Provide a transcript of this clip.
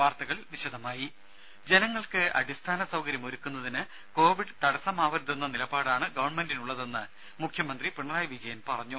വാർത്തകൾ വിശദമായി ജനങ്ങൾക്ക് അടിസ്ഥാന സൌകര്യങ്ങളൊരുക്കുന്നതിന് കോവിഡ് തടസ്സമാവരുതെന്ന നിലപാടാണ് ഗവണ്മെന്റിനുള്ളതെന്ന് മുഖ്യമന്ത്രി പിണറായി വിജയൻ പറഞ്ഞു